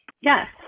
yes